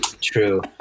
True